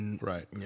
Right